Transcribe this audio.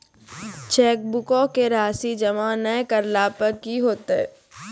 चेकबुको के राशि जमा नै करला पे कि होतै?